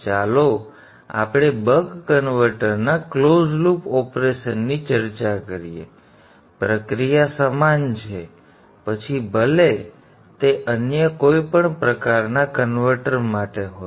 ચાલો આપણે બક કન્વર્ટરના ક્લોઝ લૂપ ઓપરેશનની ચર્ચા કરીએ પ્રક્રિયા સમાન છે પછી ભલે તે અન્ય કોઈ પણ પ્રકારના કન્વર્ટર માટે હોય